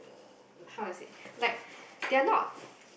um how do I say like they are now